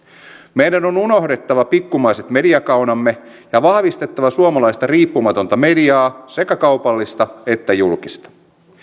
meidän on unohdettava pikkumaiset mediakaunamme ja vahvistettava suomalaista riippumatonta mediaa sekä kaupallista että julkista